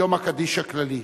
יום הקדיש הכללי,